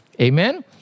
Amen